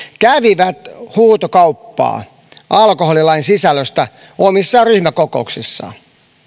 kävivät huutokauppaa alkoholilain sisällöstä omissa ryhmäkokouksissaan